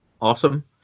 Awesome